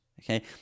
Okay